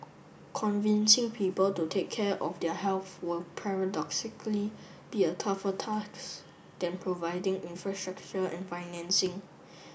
convincing people to take care of their health will paradoxically be a tougher than providing infrastructure and financing